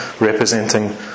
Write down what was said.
representing